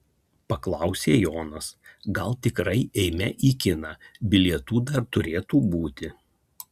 paklausė jonas gal tikrai eime į kiną bilietų dar turėtų būti